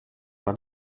par